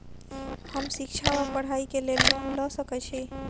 हम शिक्षा वा पढ़ाई केँ लेल लोन लऽ सकै छी?